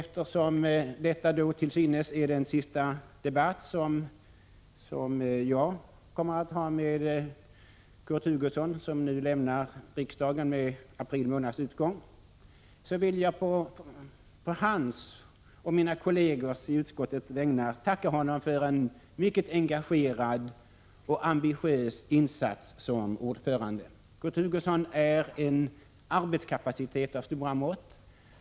Eftersom detta till synes är den sista debatt som jag kommer att ha med Kurt Hugosson, som lämnar riksdagen med april månads utgång, vill jag på mina egna och mina kollegers i utskottet vägnar tacka honom för en mycket engagerad och ambitiös insats som ordförande. Kurt Hugosson har en mycket stor arbetskapacitet.